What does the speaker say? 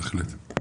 בהחלט.